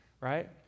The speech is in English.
right